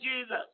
Jesus